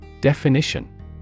Definition